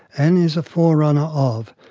and is a forerunner of,